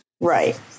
Right